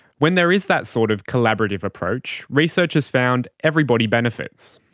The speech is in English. when there is that sort of collaborative approach, research has found everybody benefits.